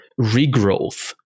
regrowth